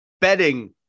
betting